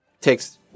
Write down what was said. Takes